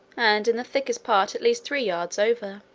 and in the thickest part at least three yards over.